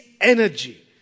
energy